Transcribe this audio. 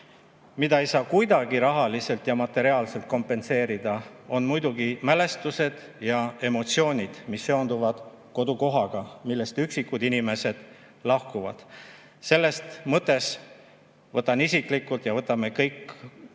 Mida ei saa kuidagi rahaliselt, materiaalselt kompenseerida, on muidugi mälestused ja emotsioonid, mis seonduvad kodukohaga, millest üksikud inimesed [peavad] lahkuma. Selles mõttes võtan isiklikult ja võtame kõik